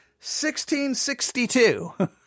1662